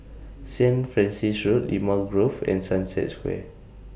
Saint Francis Road Limau Grove and Sunset Square